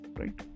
right